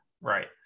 right